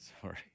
sorry